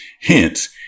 Hence